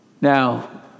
Now